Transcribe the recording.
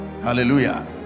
Hallelujah